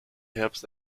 herbst